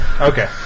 Okay